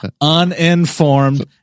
Uninformed